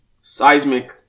seismic